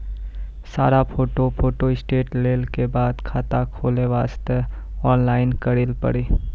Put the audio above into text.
सारा photo photostat लेल के बाद खाता खोले वास्ते ऑनलाइन करिल पड़ी?